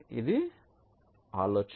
ఇది ఆలోచన